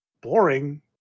boring